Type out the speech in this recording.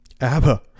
ABBA